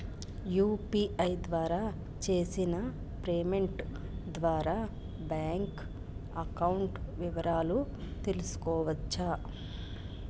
UPI ద్వారా చేసిన payment ద్వారా బ్యాంక్ అకౌంట్ వివరాలు తెలుసుకోవచ్చ?